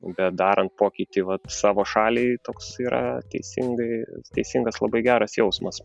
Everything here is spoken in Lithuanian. bedarant pokytį vat savo šaliai toks yra teisingai teisingas labai geras jausmas